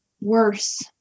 worse